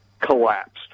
collapsed